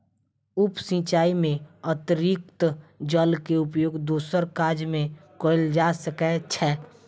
उप सिचाई में अतरिक्त जल के उपयोग दोसर काज में कयल जा सकै छै